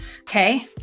Okay